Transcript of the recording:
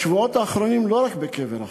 בשבועות האחרונים, לא רק בקבר רחל,